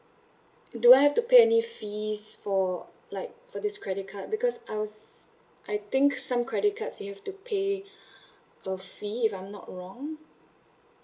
do I have to pay any fees for like for this credit card because I was I think some credit cards you have to pay a fee if I'm not wrong